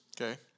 Okay